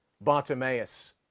Bartimaeus